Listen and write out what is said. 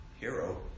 hero